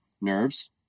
nerves